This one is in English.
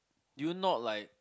do you not like